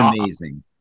amazing